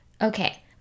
okay